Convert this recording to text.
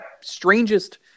strangest